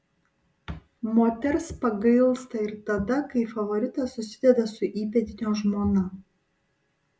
moters pagailsta ir tada kai favoritas susideda su įpėdinio žmona